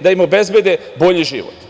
da im obezbede bolji život.